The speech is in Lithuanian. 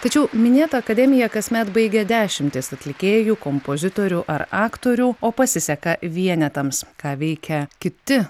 tačiau minėtą akademiją kasmet baigia dešimtys atlikėjų kompozitorių ar aktorių o pasiseka vienetams ką veikia kiti